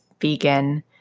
vegan